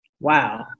wow